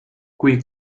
kui